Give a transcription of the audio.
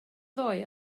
ddoe